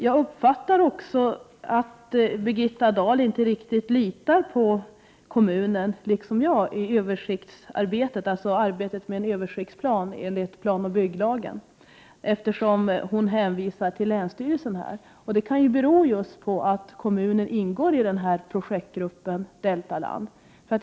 Jag uppfattar också att Birgitta Dahl, liksom jag, inte riktigt litar på kommunen när det gäller arbetet med en översiktsplan enligt planoch bygglagen, eftersom hon här hänvisar till länsstyrelsen. Det kan bero just på att kommunen ingår i projektgruppen Deltaland.